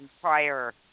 prior